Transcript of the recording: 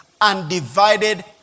undivided